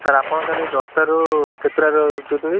sir ଆପଣ କାଲି ଦଶଟାରୁ କେତେଟା ରହୁଛନ୍ତି